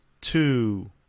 two